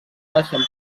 baixen